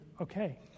okay